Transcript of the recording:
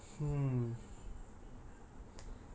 ya